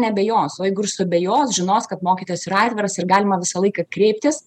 neabejos o jeigu ir suabejos žinos kad mokytas yra atviras ir galima visą laiką kreiptis